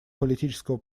политического